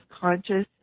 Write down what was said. conscious